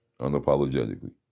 unapologetically